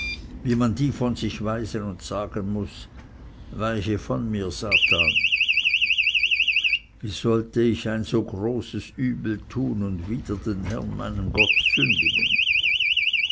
wie man die von sich weisen und sagen muß weiche von mir satanas wie sollte ich ein so großes übel tun und wider den herrn meinen gott sündigen